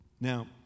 Now